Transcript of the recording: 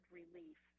relief